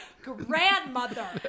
grandmother